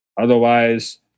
Otherwise